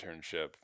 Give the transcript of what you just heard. internship